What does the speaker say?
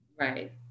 right